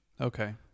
Okay